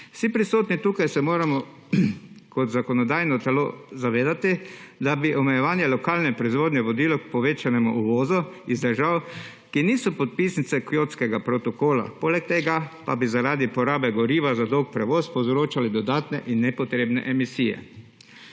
Vsi prisotni tukaj se moramo kot zakonodajno telo zavedati, da bi omejevanje lokalne proizvodnje vodilo k povečanemu uvozu iz držav, ki niso podpisnice Kjotskega protokola. Poleg tega pa bi zaradi porabe goriva za dolg prevoz povzročalo dodatne in nepotrebne emisije.